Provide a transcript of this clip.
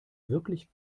wirklich